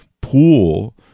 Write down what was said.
pool